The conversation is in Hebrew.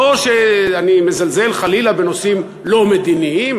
לא שאני מזלזל חלילה בנושאים לא מדיניים,